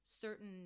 certain